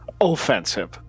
offensive